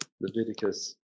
Leviticus